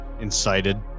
incited